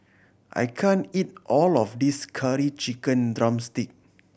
I can't eat all of this Curry Chicken drumstick